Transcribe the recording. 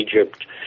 Egypt